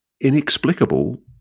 inexplicable